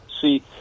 see